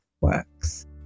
Works